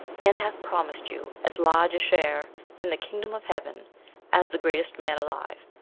and hath promised you as large a share in the kingdom of heaven as the greatest man alive,